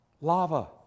Lava